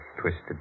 twisted